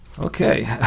Okay